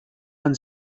man